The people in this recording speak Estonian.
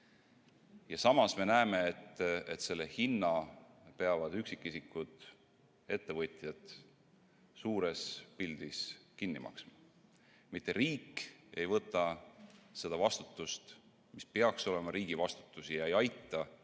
Samas, me näeme, et selle hinna peavad üksikisikud, ettevõtjad suures pildis kinni maksma. Riik mitte ei võta seda vastutust, mis peaks olema riigi vastutus, ega aita